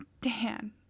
Dan